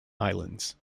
islands